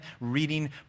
Reading